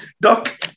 Doc